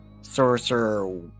sorcerer